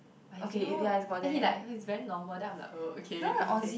but he say !oi! then he like it's very normal then I'm like uh okay then he say